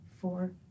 four